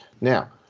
now